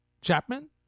Chapman